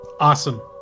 Awesome